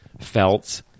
felt